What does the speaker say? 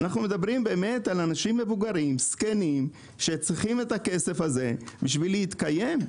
אנחנו מדברים על אנשים זקנים שצריכים את הכסף הזה בשביל להתקיים.